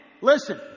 Listen